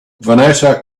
vanessa